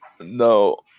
No